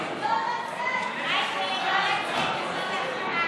נישואין אזרחיים (תיקוני חקיקה),